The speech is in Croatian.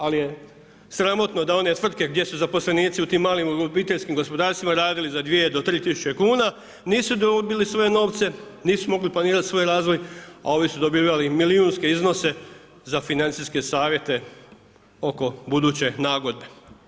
Ali je sramotno da one tvrtke gdje su zaposlenici u tim malim obiteljskim gospodarstvima radili za 2 do 3 tisuće kuna, nisu dobili svoje novce, nisu mogli planirati svoj razvoj a ovi su dobivali milijunske iznose za financijske savjete oko buduće nagodbe.